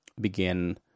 begin